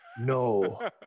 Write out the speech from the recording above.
no